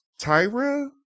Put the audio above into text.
Tyra